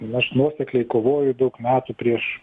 aš nuosekliai kovoju daug metų prieš